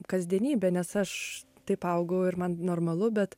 kasdienybė nes aš taip augau ir man normalu bet